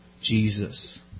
Jesus